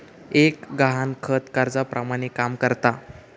एक गहाणखत कर्जाप्रमाणे काम करता